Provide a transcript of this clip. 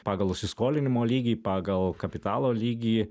pagal įsiskolinimo lygį pagal kapitalo lygį